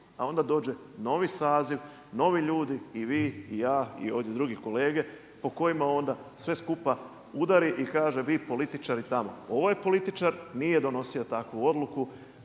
A onda dođe novi saziv, novi ljudi i vi i ja i ovdje drugi kolege po kojima onda sve skupa udari i kaže vi političari tamo. Ovaj političar nije donosio takvu odluku.